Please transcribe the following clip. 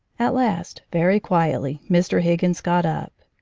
at last, very quietly, mr. higgins got up.